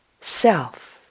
self